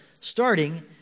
starting